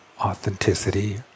Authenticity